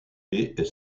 est